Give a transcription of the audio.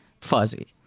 fuzzy